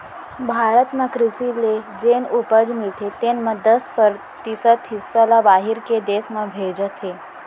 भारत म कृसि ले जेन उपज मिलथे तेन म दस परतिसत हिस्सा ल बाहिर के देस में भेजत हें